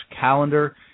calendar